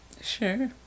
Sure